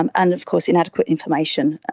um and of course inadequate information.